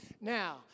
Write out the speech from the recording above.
Now